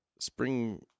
Spring